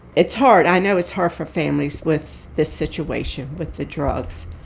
it's hard. i know it's hard for families with this situation, with the drugs.